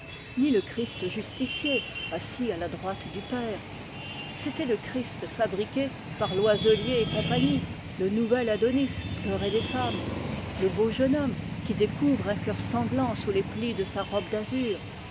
ni le christ justicier assis à la droite du père c'était le christ fabriqué par loiselier et cie le nouvel adonis pleuré des femmes le beau jeune homme qui découvre un cœur sanglant sous les plis de sa robe d'azur